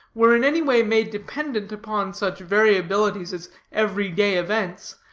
were in any way made dependent upon such variabilities as everyday events,